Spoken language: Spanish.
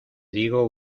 digo